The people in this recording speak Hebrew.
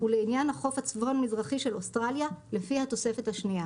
ולעניין החוף הצפון מזרחי של אוסטרליה - לפי התוספת השנייה,